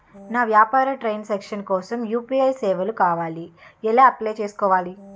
నా వ్యాపార transaction కోసం యు.పి.ఐ సేవలు కావాలి ఎలా అప్లయ్ చేసుకోవాలి?